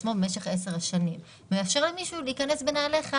עצמו במשך 10 שנים ומאפשר למישהו להיכנס בנעליך.